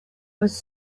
was